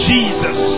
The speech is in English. Jesus